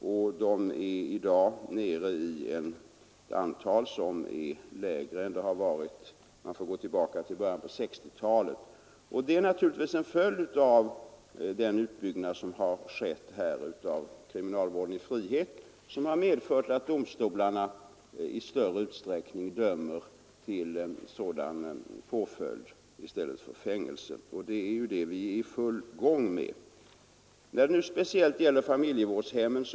Man får gå tillbaka till början av 1960-talet för att finna ett lägre antal än i dag. Det är naturligtvis en följd av utbyggnaden av kriminalvården i frihet att domstolarna nu i större utsträckning än tidigare dömer till sådan påföljd i stället för till fängelse. Vi är egentligen bara i början av verksamheten när det speciellt gäller familjevårdshemmen.